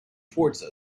towards